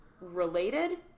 related